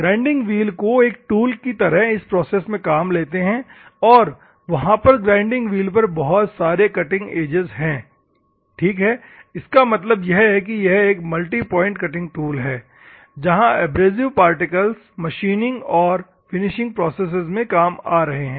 grinding wheel को एक tool की तरह इस प्रोसेस में काम लेते हैं और वहां पर ग्राइंडिंग व्हील पर बहुत सारे कटिंग एजेस है ठीक है इसका मतलब यह है कि यह एक मल्टी पॉइंट कटिंग टूल है जहा एब्रेसिव पार्टिकल्स मशीनिंग और फिनिशिंग प्रोसेस में काम आ रहे हैं